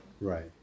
right